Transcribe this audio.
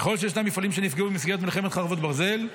ככל שישנם מפעלים שנפגעו במסגרת מלחמת חרבות ברזל,